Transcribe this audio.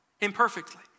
imperfectly